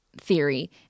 theory